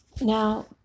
now